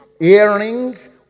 earrings